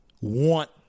want